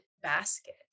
basket